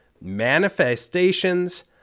manifestations